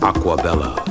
Aquabella